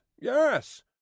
yes